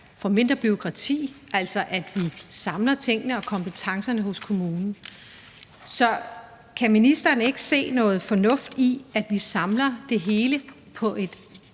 få mindre bureaukrati, altså at man samler tingene og kompetencerne hos kommunen. Så kan ministeren ikke se noget fornuft i, at vi samler det hele på et